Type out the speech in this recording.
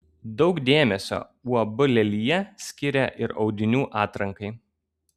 daug dėmesio uab lelija skiria ir audinių atrankai